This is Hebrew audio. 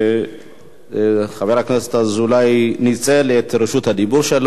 חבר הכנסת אזולאי ניצל את רשות הדיבור שלו.